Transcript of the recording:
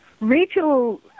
Rachel